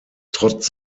trotz